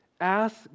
Ask